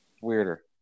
Weirder